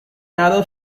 narrow